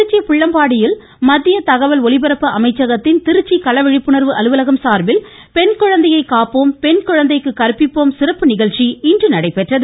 திருச்சி புள்ளம்பாடியில் மத்திய தகவல் ஒலிபரப்பு அமைச்சகத்தின் திருச்சி கள விழிப்புணர்வு அலுவலகம் சார்பில் பெண் குழந்தையை காப்போம் பெண் குழந்தைக்கு கற்பிப்போம் சிறப்பு நிகழ்ச்சி இன்று நடைபெற்றது